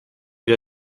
lui